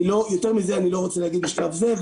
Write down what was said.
יותר מזה, אני לא רוצה להגיד בשלב זה.